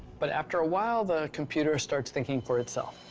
but after a while, the computer starts thinking for itself,